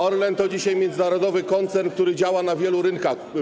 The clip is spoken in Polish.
Orlen to dzisiaj międzynarodowy koncern, który działa na wielu rynkach.